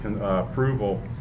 approval